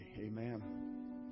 Amen